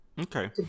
Okay